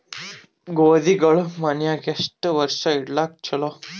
ಗೋಧಿಗಳು ಮನ್ಯಾಗ ಎಷ್ಟು ವರ್ಷ ಇಡಲಾಕ ಚಲೋ?